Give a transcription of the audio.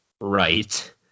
right